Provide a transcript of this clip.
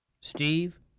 Steve